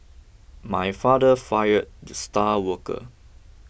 my father fired the star worker